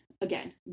again